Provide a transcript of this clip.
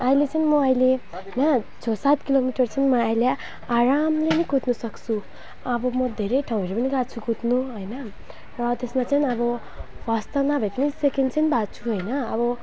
अहिले चाहिँ म अहिले होइन छ सात किलो मिटर चाहिँ अहिले आरामले नै कुद्नु सक्छु अब म धेरै ठाउँहरू पनि गएको छु कुद्नु होइन र त्यसमा चाहिँ अब फर्स्ट त नभेट्नु सेकेन्ड चाहिँ भएको छु होइन अब